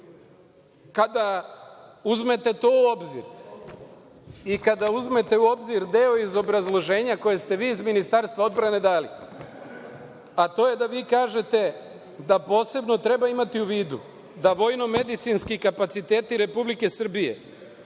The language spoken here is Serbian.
Kada uzmete to u obzir i kada uzmete u obzir deo iz obrazloženja koje ste vi iz Ministarstva odbrane dali, a to je da vi kažete da posebno treba imati u vidu da vojno-medicinski kapaciteti Republike Srbije